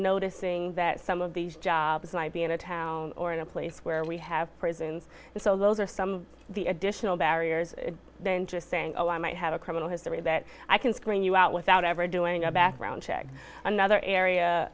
noticing that some of these jobs might be in a town or in a place where we have prisons and so those are some of the additional barriers than just saying oh i might have a criminal history that i can screen you out without ever doing a background check another area